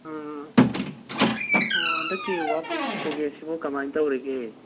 ꯑꯣ ꯍꯟꯗꯛꯀꯤ ꯋꯥꯔꯛ ꯄ꯭ꯔꯣꯒ꯭ꯔꯦꯁꯁꯤꯕꯨ ꯀꯃꯥꯏꯅ ꯇꯧꯔꯤꯒꯦ